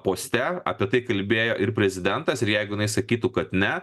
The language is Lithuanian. poste apie tai kalbėjo ir prezidentas ir jeigu jinai sakytų kad ne